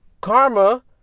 Karma